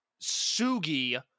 Sugi